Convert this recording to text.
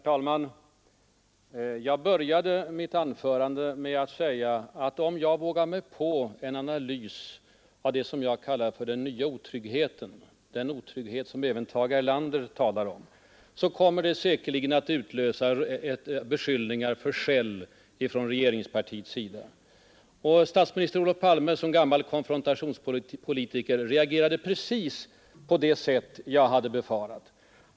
Herr talman! Jag började mitt anförande med att säga, att om jag vågade mig på en analys av det som jag har kallat den nya otryggheten — den otrygghet som även Tage Erlander talar om — kommer det säkerligen att från regeringspartiets sida utlösa beskyllningar för ”skäll”. Och statsministern Olof Palme som gammal konfrontationspolitiker reagerade precis på det sätt som jag hade befarat.